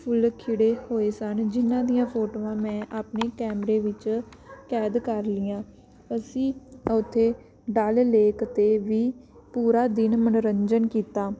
ਫੁੱਲ ਖਿੜੇ ਹੋਏ ਸਨ ਜਿਹਨਾਂ ਦੀਆਂ ਫੋਟੋਆਂ ਮੈਂ ਆਪਣੇ ਕੈਮਰੇ ਵਿੱਚ ਕੈਦ ਕਰ ਲਈਆਂ ਅਸੀਂ ਉੱਥੇ ਡਲ ਲੇਕ 'ਤੇ ਵੀ ਪੂਰਾ ਦਿਨ ਮਨੋਰੰਜਨ ਕੀਤਾ